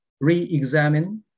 re-examine